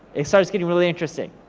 it starts gettin' really interesting.